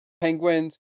Penguins